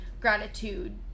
gratitude